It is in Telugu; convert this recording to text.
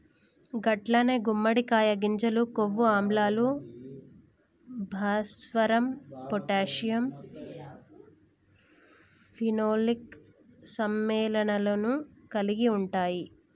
గట్లనే గుమ్మడికాయ గింజలు కొవ్వు ఆమ్లాలు, భాస్వరం పొటాషియం ఫినోలిక్ సమ్మెళనాలను కలిగి ఉంటాయి